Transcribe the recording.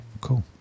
cool